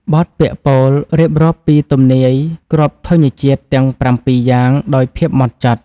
បទពាក្យពោលរៀបរាប់ពីទំនាយគ្រាប់ធញ្ញជាតិទាំងប្រាំពីរយ៉ាងដោយភាពហ្មត់ចត់។